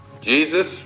Jesus